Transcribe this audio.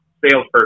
salesperson